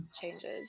changes